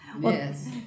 Yes